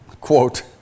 quote